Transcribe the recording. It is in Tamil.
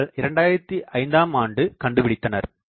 அவர்கள் 2005ஆம் ஆண்டு கண்டுபிடித்தனர்